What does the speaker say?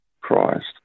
Christ